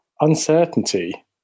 uncertainty